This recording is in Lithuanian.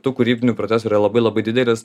tų kūrybinių procesų yra labai labai didelis